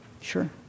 Sure